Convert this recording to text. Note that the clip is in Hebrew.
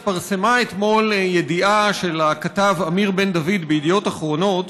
התפרסמה אתמול ידיעה של הכתב אמיר בן-דוד בידיעות אחרונות